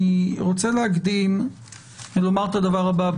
אני רוצה להקדים ולומר את הדבר הבא.